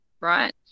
right